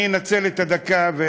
אני אנצל את הדקה ואני,